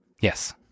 Yes